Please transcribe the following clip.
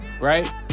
Right